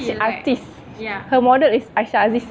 she artiste her model is aisyah aziz